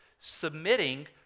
submitting